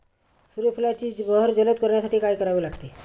सूर्यफुलाची बहर जलद करण्यासाठी काय करावे लागेल?